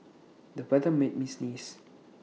the weather made me sneeze